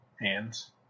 Hands